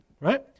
Right